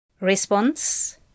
Response